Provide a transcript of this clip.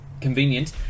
convenient